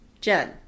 Jen